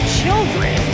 children